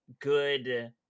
good